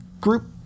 group